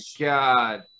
God